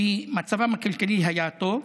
כי מצבם הכלכלי היה טוב,